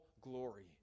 glory